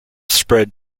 spread